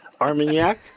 Armagnac